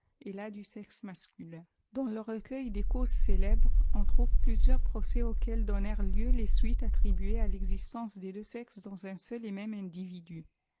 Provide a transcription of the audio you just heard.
et là du sexe mascufin dans le recueil des causes célèbres on trouve plusieurs procè auxquels donnèrent lieu les suites attribuées à texistence des deux sexes dans un seul et même individu